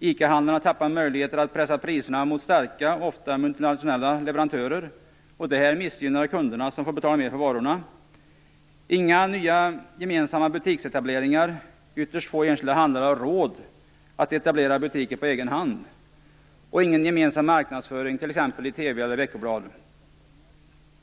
ICA-handlarna tappar därmed möjligheter att pressa priser mot starka, ofta multinationella, leverantörer. Det missgynnar kunderna, som får betala mer för varorna. Inga nya gemensamma butiksetableringar. Ytterst få enskilda handlare har råd att etablera butiker på egen hand. Ingen gemensam marknadsföring i t.ex. TV och veckoblad.